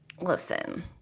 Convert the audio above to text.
listen